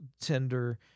tender